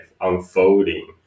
unfolding